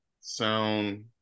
sound